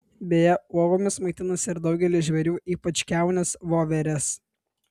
beje uogomis maitinasi ir daugelis žvėrių ypač kiaunės voverės